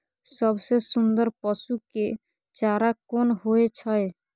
सबसे सुन्दर पसु के चारा कोन होय छै?